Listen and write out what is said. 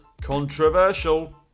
Controversial